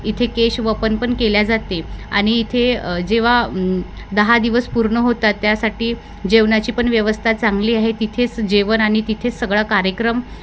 इथे केश वपन पन केल्या जाते आणि इथे जेव्हा दहा दिवस पूर्ण होतात त्यासाठी जेवणाची पण व्यवस्था चांगली आहे तिथेच जेवण आणि तिथेच सगळा कार्यक्रम